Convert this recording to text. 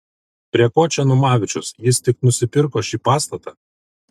prie ko čia numavičius jis tik nusipirko šį pastatą